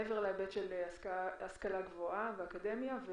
מעבר להיבט של השכלה גבוהה ואקדמיה.